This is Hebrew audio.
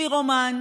פירומן,